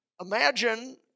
Imagine